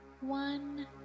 one